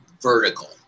vertical